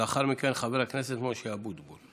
ולאחר מכן, חבר הכנסת משה אבוטבול.